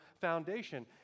foundation